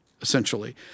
essentially